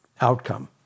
outcome